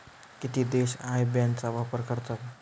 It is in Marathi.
किती देश आय बॅन चा वापर करतात?